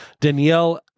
Danielle